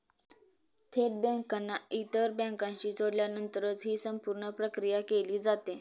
थेट बँकांना इतर बँकांशी जोडल्यानंतरच ही संपूर्ण प्रक्रिया केली जाते